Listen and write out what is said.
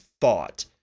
thought